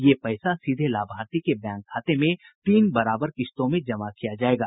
ये पैसा सीधे लाभार्थी के बैंक खाते में तीन बराबर बराबर किश्तों में जमा किया जाएगा